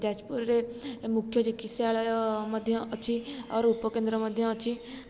ଯାଜପୁର ରେ ମୁଖ୍ୟ ଚିକିସ୍ୟାଳୟ ମଧ୍ୟ ଅଛି ଆରୁ ଉପକେନ୍ଦ୍ର ମଧ୍ୟ ଅଛି